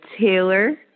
Taylor